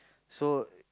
so